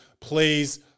Please